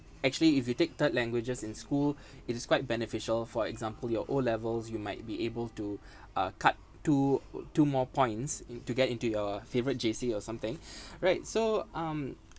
actually if you take third languages in school it is quite beneficial for example your O levels you might be able to uh cut two two more points in to get into your favourite J_C or something right so um